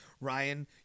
Ryan